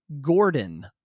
Gordon